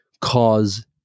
cause